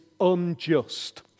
unjust